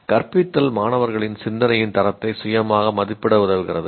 கற்பித்தல் மாணவர்களின் சிந்தனையின் தரத்தை சுயமாக மதிப்பிட உதவுகிறது